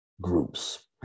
groups